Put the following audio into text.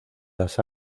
las